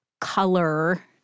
color